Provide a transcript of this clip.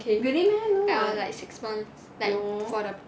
okay or like six months like for the